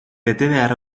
betebehar